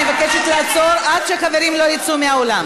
אני מבקשת לעצור עד שהחברים יצאו מהאולם.